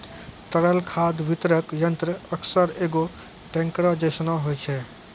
तरल खाद वितरक यंत्र अक्सर एगो टेंकरो जैसनो होय छै